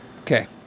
Okay